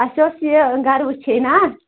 اَسہِ اوس یہِ وٕچھِن نا